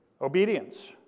Obedience